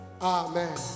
Amen